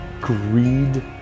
greed